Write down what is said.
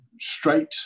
straight